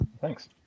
Thanks